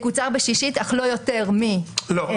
תקוצר בשישית אך לא יותר מ- --- לא.